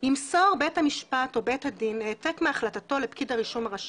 ימסור בית המשפט או בית הדין העתק מהחלטתו לפקיד הרישום הראשי,